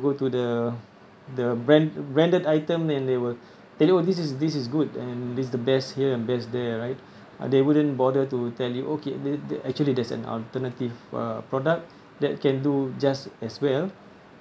go to the the brand branded items then they will tell you oh this is this is good and this the best here and best there right uh they wouldn't bother to tell you okay the the actually there's an alternative uh product that can do just as well